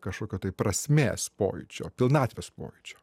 kažkokio tai prasmės pojūčio pilnatvės pojūčio